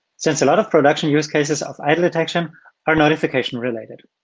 since a lot of production use cases of idle detection are notification related,